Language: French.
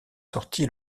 sorti